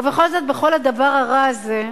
ובכל זאת, בכל הדבר הרע הזה,